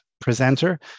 presenter